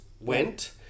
went